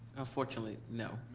unfortunately no,